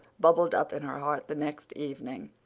bubbled up in her heart the next evening,